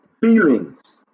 feelings